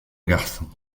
garçon